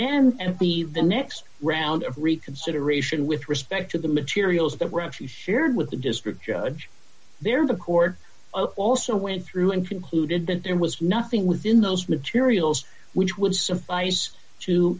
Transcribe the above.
then and the the next round of reconsideration with respect to the materials that were actually shared with the district judge there the court also went through and concluded that there was nothing within those materials which would suffice to